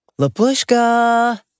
Lapushka